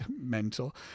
mental